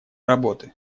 работы